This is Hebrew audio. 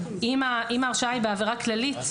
אם ההרשעה היא בעבירה כללית,